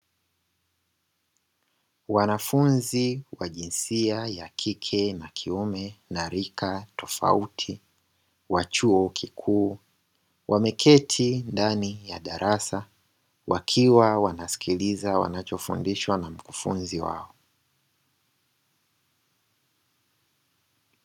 Wanafunzi wa jinsia ya kike na kiume na rika tofauti wa chuo kikuu, wameketi ndani ya darasa, wakiwa wanasikiliza wanachofundishwa na mkufunzi wao.